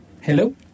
hello